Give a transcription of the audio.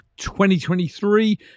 2023